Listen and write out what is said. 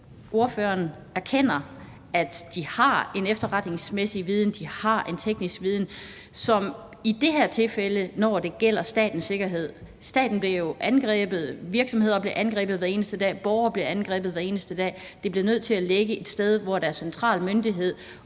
ordføreren erkender, at de har en efterretningsmæssig viden, at de har en teknisk viden, når det som i det her tilfælde gælder statens sikkerhed? Staten blev jo angrebet. Virksomheder blev angrebet hver eneste dag. Borgere blev angrebet hver eneste dag. Det bliver nødt til at ligge et sted, hvor der er en central myndighed,